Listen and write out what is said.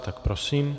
Tak prosím.